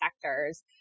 sectors